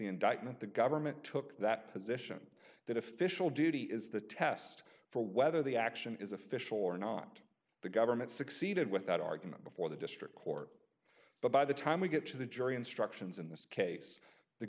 indictment the government took that position that official duty is the test for whether the action is official or not the government succeeded with that argument before the district court but by the time we get to the jury instructions in this case the